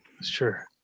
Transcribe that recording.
Sure